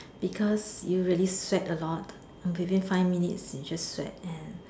because you really sweat a lot within five minutes you just sweat and